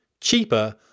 cheaper